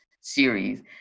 series